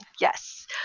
Yes